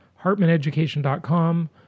HartmanEducation.com